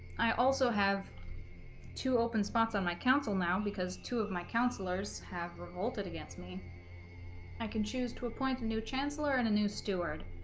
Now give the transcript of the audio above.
i also have two open spots on my council now because two of my counselors have revolted against me i can choose to appoint a new chancellor and a new steward